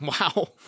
Wow